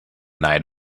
night